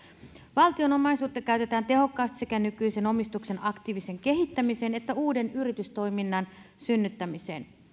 valtion omaisuutta käytetään tehokkaasti sekä nykyisen omistuksen aktiiviseen kehittämiseen että uuden yritystoiminnan synnyttämiseen